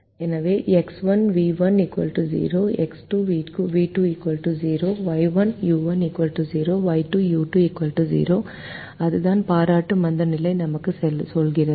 எனவே X1v1 0 X2v2 0 Y1u1 0 Y2u2 0 அதுதான் பாராட்டு மந்தநிலை நமக்கு சொல்கிறது